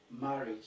marriage